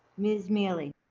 ms. miele?